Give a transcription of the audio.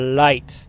light